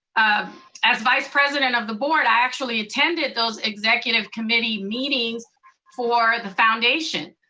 as vice president of the board, i actually attended those executive committee meetings for the foundation.